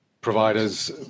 providers